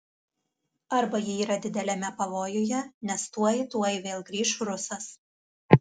arba ji yra dideliame pavojuje nes tuoj tuoj vėl grįš rusas